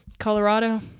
Colorado